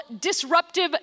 Disruptive